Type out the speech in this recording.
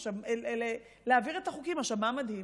עכשיו, מה מדהים?